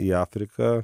į afriką